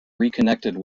reconnected